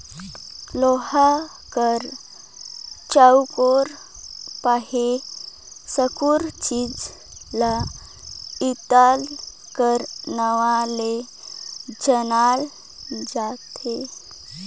लोहा कर चउकोर पहे साकुर चीज ल इरता कर नाव ले जानल जाथे